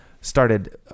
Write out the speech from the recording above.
started